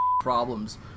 problems